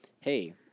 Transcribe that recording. Hey